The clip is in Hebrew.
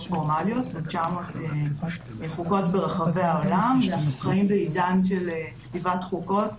פורמליות ברחבי העולם ואנחנו נמצאים בעידן של כתיבת חוקות.